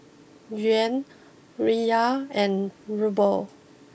Yuan Riyal and Ruble